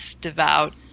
devout